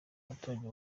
abaturage